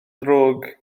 ddrwg